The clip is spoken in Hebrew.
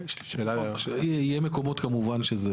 יהיו מקומות, כמובן.